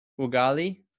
ugali